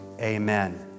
Amen